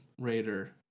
Raider